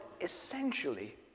essentially